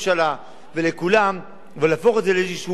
ולהפוך את זה לאיזשהו issue מי נגד חוק השבות,